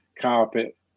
carpet